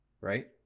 right